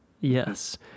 yes